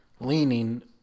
Leaning